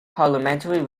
parliamentary